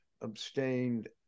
abstained